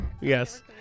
yes